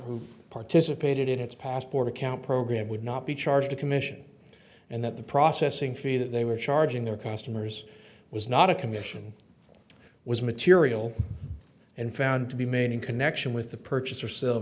who participated in its passport account program would not be charged a commission and that the processing fee that they were charging their constantly years was not a commission was material and found to be made in connection with the purchase or sel